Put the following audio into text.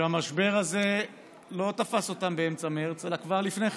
שהמשבר הזה לא תפס אותם באמצע מרץ אלא כבר לפני כן,